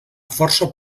força